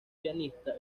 pianista